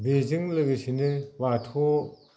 बेजों लोगोसेनो बाथौआव